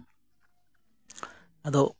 ᱟᱫᱚ